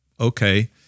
okay